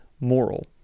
moral